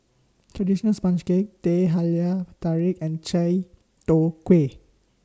Traditional Sponge Cake Teh Halia Tarik and Chai Tow Kway